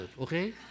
Okay